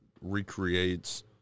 recreates